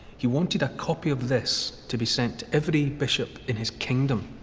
he wanted a copy of this to be sent to every bishop in his kingdom.